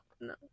no